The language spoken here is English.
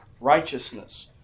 righteousness